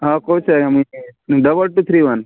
ହଁ କହୁଛି ଆଜ୍ଞା ମୁଁଇଁ ଡବଲ୍ ଟୁ ଥ୍ରୀ ୱାନ୍